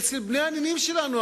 אצל בני הנינים שלנו,